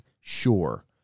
sure